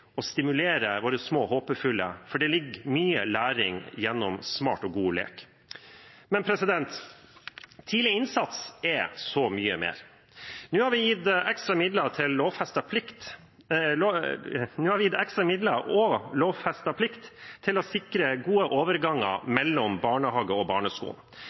å stimulere våre små håpefulle, for det ligger mye læring gjennom smart og god lek. Men tidlig innsats er så mye mer. Nå har vi gitt ekstra midler og lovfestet plikt til å sikre gode overganger mellom barnehagen og barneskolen.